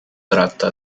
tratta